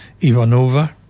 Ivanova